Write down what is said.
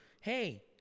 hey